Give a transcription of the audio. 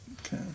Okay